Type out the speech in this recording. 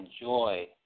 enjoy